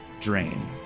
Drain